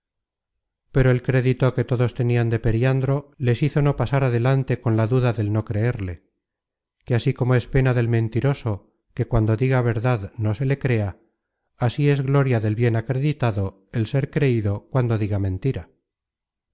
pero el crédito que todos tenian de periandro les hizo no pasar adelante con la duda del no creerle que así como es pena del mentiroso que cuando diga verdad no se le crea así es gloria del bien acreditado el ser creido cuando diga mentira